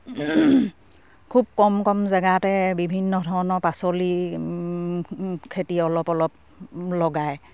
খুব কম কম জেগাতে বিভিন্ন ধৰণৰ পাচলি খেতি অলপ অলপ লগায়